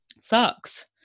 sucks